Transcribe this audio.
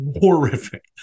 horrific